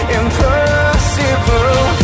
impossible